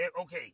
okay